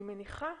אני מניחה,